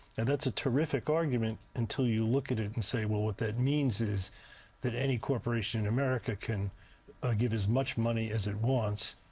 and that's a terrific argument until you look at it and say, well, what that means is that any corporation in america can give as much money as it wants